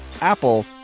Apple